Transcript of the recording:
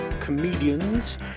comedians